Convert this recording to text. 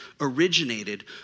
originated